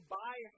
buy